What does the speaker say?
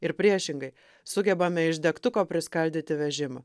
ir priešingai sugebame iš degtuko priskaldyti vežimą